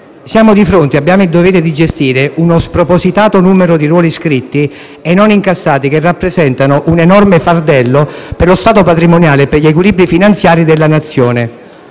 Siamo di fronte, e abbiamo il dovere di gestire, uno spropositato numero di ruoli iscritti e non incassati, che rappresentano un enorme fardello per lo stato patrimoniale e per gli equilibri finanziari della Nazione.